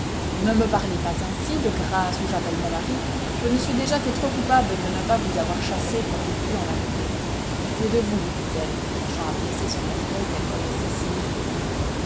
ne me parlez pas ainsi de grâce ou j'appelle mon mari je ne suis déjà que trop coupable de ne pas vous avoir chassé quoi qu'il pût en arriver j'ai pitié de vous lui dit-elle cherchant à blesser son orgueil qu'elle connaissait si irritable